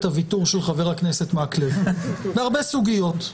הוויתור של חבר הכנסת מקלב בהרבה סוגיות.